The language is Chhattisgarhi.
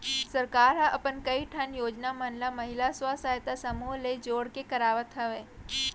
सरकार ह अपन कई ठन योजना मन ल महिला स्व सहायता समूह ले जोड़ के करवात हवय